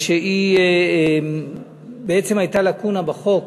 כי בעצם הייתה לקונה בחוק,